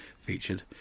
featured